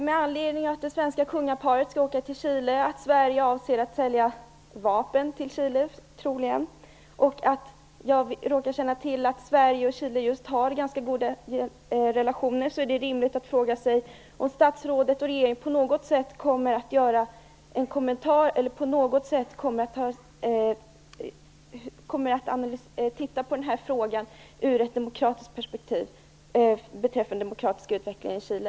Med anledning av att det svenska kungaparet skall åka till Chile, att Sverige troligen avser att sälja vapen till Chile och att jag råkar känna till att Sverige och Chile har goda relationer, är det rimligt att fråga om statsrådet och regeringen på något sätt kommer att göra en kommentar eller titta på den här frågan ur ett demokratiskt perspektiv, beträffande den demokratiska utvecklingen i Chile.